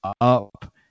up